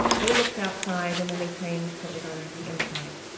they looked outside, and then they changed what was on the inside.